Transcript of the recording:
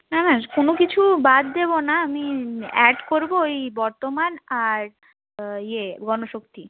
না না কোনো কিছু বাদ দেব না আমি অ্যাড করবো ওই বর্তমান আর ইয়ে গণশক্তি